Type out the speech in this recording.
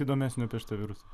įdomesnio apie šitą virusą